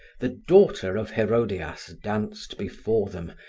the daughter of herodias danced before them,